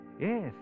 Yes